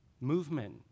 Movement